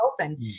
open